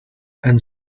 and